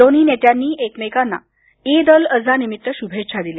दोन्ही नेत्यांनी एकमेकांना ईद उल अझा निमित्त शुभेच्छा दिल्या